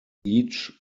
each